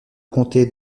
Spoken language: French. comté